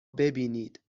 ببینید